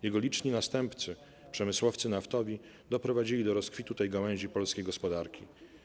Jego liczni następcy - przemysłowcy naftowi doprowadzili do rozkwitu tej gałęzi polskiej gospodarki.